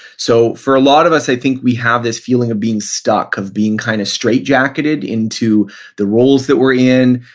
so for a lot of us i think we have this feeling of being stuck, of being kind of straitjacketed into the roles that we're in,